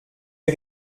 est